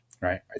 Right